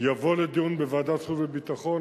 יבוא הנושא לדיון בוועדת החוץ והביטחון,